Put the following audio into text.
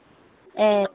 ए